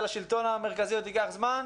ולשלטון המרכזי עוד ייקח זמן,